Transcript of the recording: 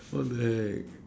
what the heck